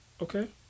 Okay